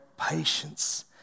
patience